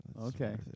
Okay